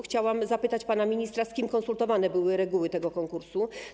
Chciałam zapytać pana ministra, z kim konsultowane były reguły tego konkursu.